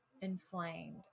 inflamed